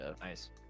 nice